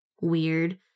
weird